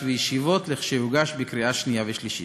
וישיבות כשיוגש לקריאה שנייה ושלישית.